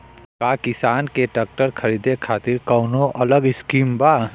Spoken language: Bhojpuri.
का किसान के ट्रैक्टर खरीदे खातिर कौनो अलग स्किम बा?